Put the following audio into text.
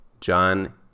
John